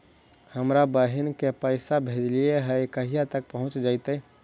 हमरा बहिन के पैसा भेजेलियै है कहिया तक पहुँच जैतै?